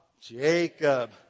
Jacob